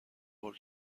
بار